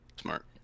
Smart